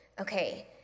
okay